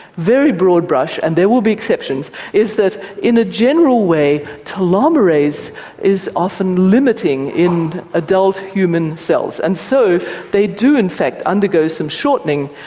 very broad-brush, and there will be exceptions, is that in a general way telomerase is often limiting in adult human cells, and so they do in fact undergo some shortening.